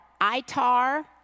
ITAR